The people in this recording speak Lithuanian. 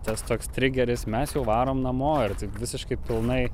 tas toks trigeris mes jau varom namo ir taip visiškai pilnai